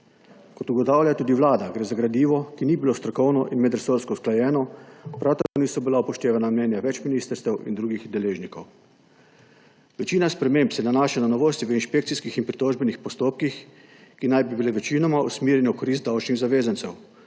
Kot ugotavlja tudi Vlada, gre za gradivo, ki ni bilo strokovno in medresorsko usklajeno, prav tako niso bila upoštevana mnenja več ministrstev in drugih deležnikov. Večina sprememb se nanaša na novosti v inšpekcijskih in pritožbenih postopkih, ki naj bi bile večinoma usmerjene v korist davčnih zavezancev